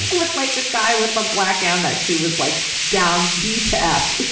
and with like a guy with a black amex who was like down, d to f.